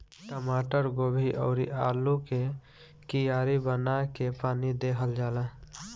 टमाटर, गोभी अउरी आलू के कियारी बना के पानी दिहल जाला